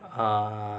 err